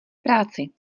práci